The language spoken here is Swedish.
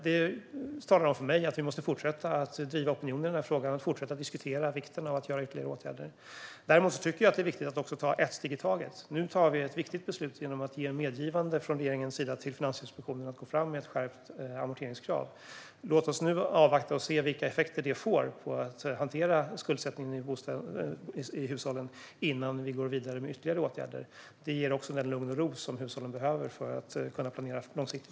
Det säger mig att vi måste fortsätta att driva opinion i frågan och fortsätta att diskutera vikten av att vidta ytterligare åtgärder. Jag tycker dock också att det är viktigt att ta ett steg i taget. Nu fattar vi ett viktigt beslut i och med att vi ger medgivande från regeringens sida till Finansinspektionen att gå fram med ett skärpt amorteringskrav. Låt oss nu avvakta och se vilka effekter det får när det gäller att hantera skuldsättningen i hushållen innan vi går vidare med ytterligare åtgärder. Det ger också det lugn och den ro som hushållen behöver för att kunna planera långsiktigt.